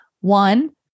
One